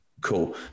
cool